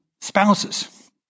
spouses